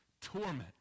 torment